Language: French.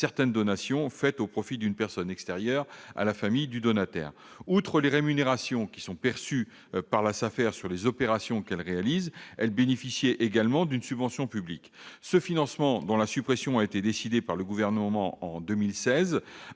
certaines donations faites au profit d'une personne extérieure à la famille du donataire. Outre les rémunérations perçues sur les opérations qu'elles réalisent, les SAFER bénéficiaient d'une subvention publique. Ce financement, dont la suppression a été décidée par le Gouvernement en 2016,